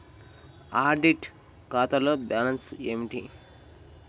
Audit ఖాతాలో balance ఏమిటీ?